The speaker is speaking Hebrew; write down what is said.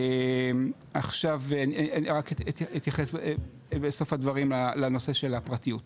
אני רק אתייחס בסוף הדברים לנושא של הפרטיות.